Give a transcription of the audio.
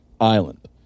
island